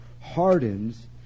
hardens